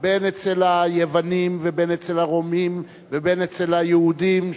אם אצל היוונים ואם אצל הרומים ואם אצל היהודים,